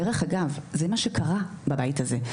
דרך אגב, זה מה שקרה בבית הזה.